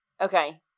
Okay